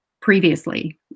previously